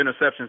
interceptions